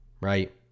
Right